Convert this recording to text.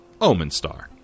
Omenstar